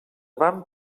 vam